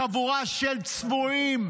חבורה של צבועים,